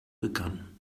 begann